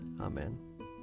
Amen